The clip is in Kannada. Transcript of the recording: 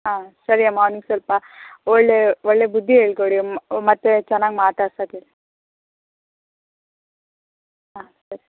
ಹಾಂ ಸರಿ ಅಮ್ಮ ಅವನಿಗೆ ಸ್ವಲ್ಪ ಒಳ್ಳೆಯ ಒಳ್ಳೆಯ ಬುದ್ದಿ ಹೇಳ್ಕೊಡಿಯಮ್ಮ ಮತ್ತು ಚೆನ್ನಾಗಿ ಮಾತಾಡ್ಸಕ್ಕೆ ಹಾಂ ಸರಿ